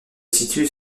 situe